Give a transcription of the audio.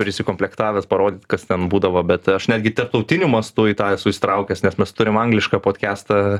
prisikomplektavęs parodyt kas ten būdavo bet aš netgi tarptautiniu mastu į tą esu įsitraukęs nes mes turim anglišką podkestą